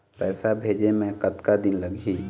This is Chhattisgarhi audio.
पैसा भेजे मे कतका दिन लगही?